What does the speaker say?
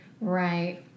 Right